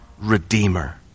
Redeemer